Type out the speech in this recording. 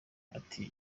ati